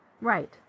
Right